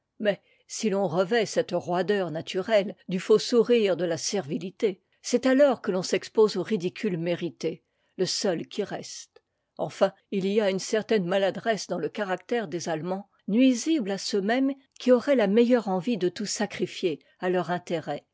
mais si l'on revêt cette roideur nature ë du faux sourire de la servilité c'est alors que t'oti s'expose au ridicule mérité le seu qui reste enfin il y a une certaine maladresse dans te caractère des allemands nuisible à ceux même qui auraient la meilleure envie de tout sacrifier à leur intérêt